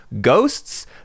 ghosts